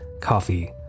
coffee